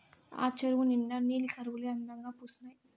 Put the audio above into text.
ఆ చెరువు నిండా నీలి కలవులే అందంగా పూసీనాయి